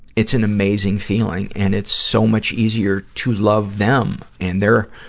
it's an amazing feeling, and it's so much easier to love them and their,